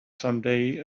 someday